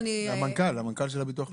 והמנכ"ל של הביטוח הלאומי.